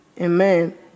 Amen